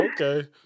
Okay